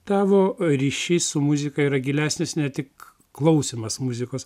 tavo ryšys su muzika yra gilesnis ne tik klausymas muzikos